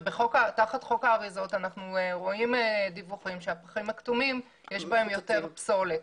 תחת חוק האריזות אנחנו רואים דיווחים שבפחים הכתומים יש יותר פסולת.